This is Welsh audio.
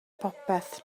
popeth